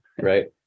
right